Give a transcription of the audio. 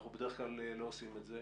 אנחנו בדרך כלל לא עושים את זה